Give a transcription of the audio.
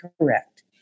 correct